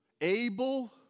able